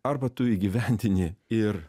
arba tu įgyvendini ir